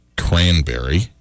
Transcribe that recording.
Cranberry